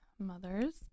mothers